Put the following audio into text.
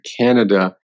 Canada